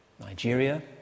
Nigeria